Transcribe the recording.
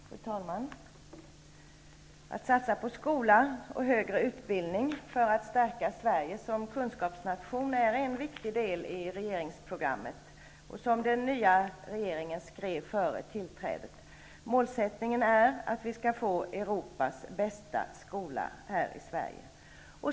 Fru talman! Att satsa på skolan och högre utbildning för att stärka Sverige som kunskapsnation är en viktig del i regeringsprogrammet. Före tillträdet skrev den nya regeringen att målsättningen är att vi skall få Europas bästa skola här i Sverige.